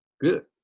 Good